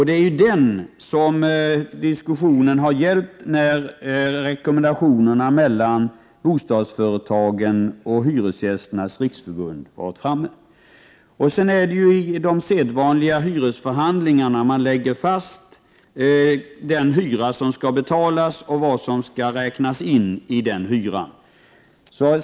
| Det är den som har diskuterats i samband med de rekommendationer som bostadsföretagen och Hyresgästernas riksförbund har kommit överens om. Det är i de sedvanliga hyresförhandlingarna som hyran och vad som skall I räknas in i den läggs fast.